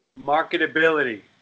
Marketability